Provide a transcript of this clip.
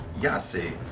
yahtzee.